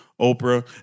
Oprah